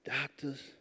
doctors